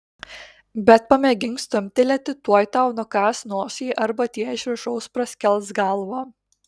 bet pamėgink stumtelėti tuoj tau nukąs nosį arba tie iš viršaus praskels galvą